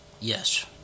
Yes